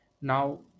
now